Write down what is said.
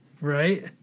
Right